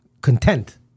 content